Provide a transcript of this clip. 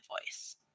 voice